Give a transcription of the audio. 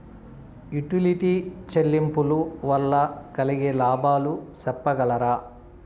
Utility చెల్లింపులు వల్ల కలిగే లాభాలు సెప్పగలరా?